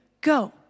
go